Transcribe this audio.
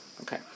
Okay